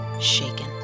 shaken